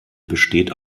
besteht